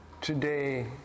today